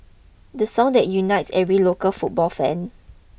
the song that unites every local football fan